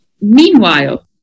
Meanwhile